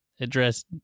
address